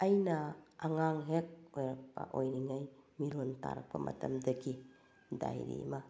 ꯑꯩꯅ ꯑꯉꯥꯡ ꯍꯦꯛ ꯑꯣꯏꯔꯛꯄ ꯑꯣꯏꯔꯤꯉꯩ ꯃꯤꯔꯣꯜ ꯇꯥꯔꯛꯄ ꯃꯇꯝꯗꯒꯤ ꯗꯥꯏꯔꯤ ꯑꯃ